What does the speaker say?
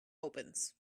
opens